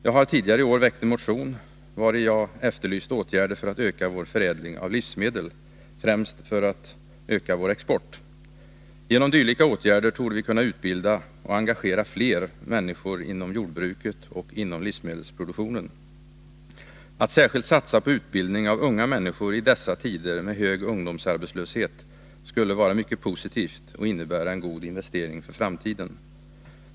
Jag har tidigare i år väckt en motion, vari jag efterlyst åtgärder för att öka vår förädling av livsmedel — främst för att öka vår export. Genom dylika åtgärder torde vi kunna utbilda och engagera fler människor inom jordbruket och inom livsmedelsproduktionen. Att särskilt satsa på utbildning av unga människor i dessa tider med hög ungdomsarbetslöshet skulle vara mycket positivt och innebära en god investering för framtiden.